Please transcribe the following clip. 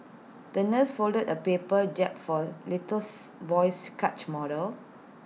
the nurse folded A paper jib for little boy's catch model